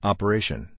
Operation